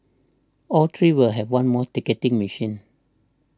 all three will have one more ticketing machine